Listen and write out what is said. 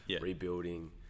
rebuilding